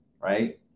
Right